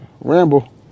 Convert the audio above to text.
ramble